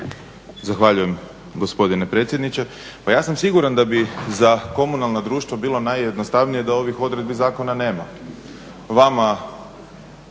Zahvaljujem gospodine predsjedniče. Pa ja sam siguran da bi za komunalna društva bilo najjednostavnije da ovih odredbi zakona nema. Vama